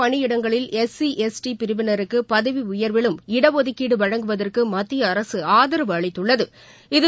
பணியிடங்களில் S C S T பிரிவினருக்குபதவிஉயர்விலும் அரசுப் இடஒதுக்கீடுவழங்குவதற்குமத்திய அரசு ஆதரவு அளித்துள்ளது